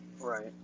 right